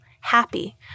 happy